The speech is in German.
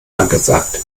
angesagt